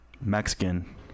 Mexican